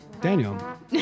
Daniel